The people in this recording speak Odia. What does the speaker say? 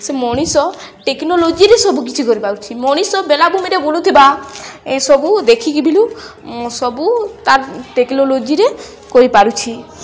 ସେ ମଣିଷ ଟେକ୍ନୋଲୋଜିରେ ସବୁକଛି କରିପାରୁଛି ମଣିଷ ବେଳାଭୂମିରେ ବୁଲୁଥିବା ଏସବୁ ଦେଖିକି ବିଲୁ ସବୁ ତା ଟେକ୍ନୋଲୋଜିରେ କରିପାରୁଛି